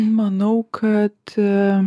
manau kad